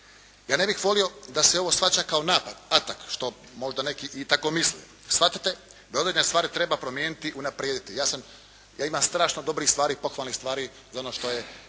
Ja ne bih volio da se ovo shvaća kao napad, atak, što možda neki i tako misle. Shvatite da određene stvari treba promijeniti, unaprijediti. Ja sam, ja imam strašno dobrih stvari i pohvalnih stvari za ono što radi